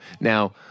Now